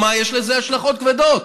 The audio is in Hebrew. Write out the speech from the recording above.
יש לזה השלכות כבדות.